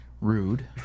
Rude